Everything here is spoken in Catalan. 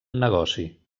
negoci